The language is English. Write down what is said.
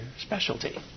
specialty